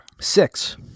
Six